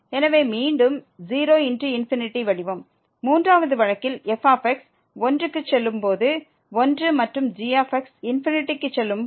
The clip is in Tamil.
எனவே மீண்டும் 0×∞ வடிவம் 3 வது வழக்கில் f 1 க்கு செல்லும் போது 1 மற்றும் g க்கு செல்லும்